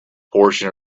portion